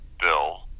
bill